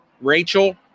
Rachel